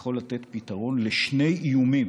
יכול לתת פתרון לשני איומים